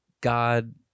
god